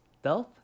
Stealth